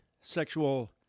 sexual